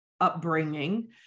upbringing